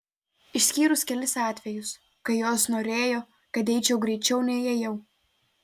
išskyrus kelis atvejus kai jos norėjo kad eičiau greičiau nei ėjau